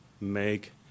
make